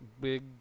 Big